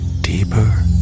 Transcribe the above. deeper